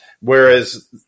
Whereas